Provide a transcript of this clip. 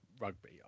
rugby